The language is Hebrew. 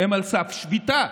הם על סף שביתה.